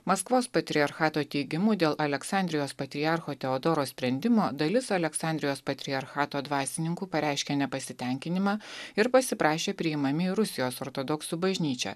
maskvos patriarchato teigimu dėl aleksandrijos patriarcho teodoro sprendimo dalis aleksandrijos patriarchato dvasininkų pareiškė nepasitenkinimą ir pasiprašė priimami į rusijos ortodoksų bažnyčią